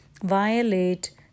violate